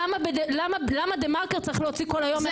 למה דה מרקר צריך להוציא כל היום איך ההייטק נופל?